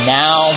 now